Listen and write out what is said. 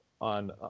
on